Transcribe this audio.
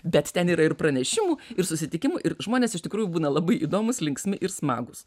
bet ten yra ir pranešimų ir susitikimų ir žmonės iš tikrųjų būna labai įdomūs linksmi ir smagūs